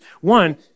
One